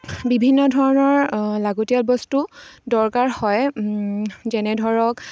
বিভিন্ন ধৰণৰ লাগতিয়াল বস্তু দৰকাৰ হয় যেনে ধৰক